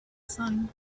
son